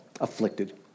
afflicted